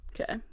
okay